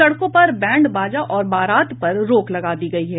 सड़कों पर बैंड बाजा और बारात पर रोक लगा दी गई है